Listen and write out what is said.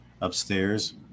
upstairs